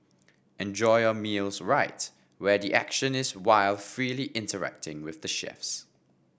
enjoy your meals rights where the action is while freely interacting with the chefs